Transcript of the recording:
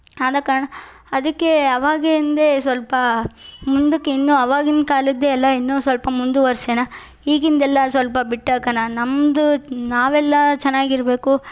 ಆದ ಕಾರಣ ಅದಕ್ಕೇ ಅವಾಗಿಂದೇ ಸ್ವಲ್ಪ ಮುಂದಕ್ಕೆ ಇನ್ನೂ ಅವಾಗಿನ ಕಾಲದ್ದೆ ಎಲ್ಲ ಇನ್ನೂ ಸ್ವಲ್ಪ ಮುಂದುವರ್ಸೋಣ ಈಗಿಂದೆಲ್ಲಾ ಸ್ವಲ್ಪ ಬಿಟ್ಟಾಕೋಣ ನಮ್ಮದು ನಾವೆಲ್ಲಾ ಚೆನ್ನಾಗಿರ್ಬೇಕು